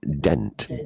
dent